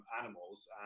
animals